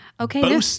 Okay